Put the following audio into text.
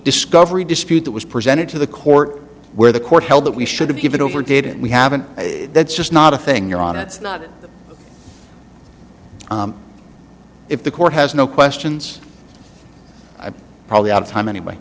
discovery dispute that was presented to the court where the court held that we should have given over didn't we have an that's just not a thing you're on it's not that if the court has no questions i'd probably out of time anyway